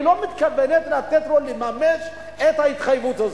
לא מתכוונת לתת לו לממש את ההתחייבות הזאת.